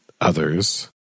others